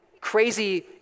crazy